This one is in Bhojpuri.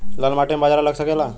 लाल माटी मे बाजरा लग सकेला?